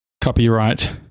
Copyright